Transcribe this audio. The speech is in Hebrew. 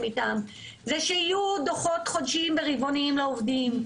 אתם זה שיהיו דוחות חודשיים ורבעוניים לעובדים,